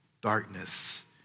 darkness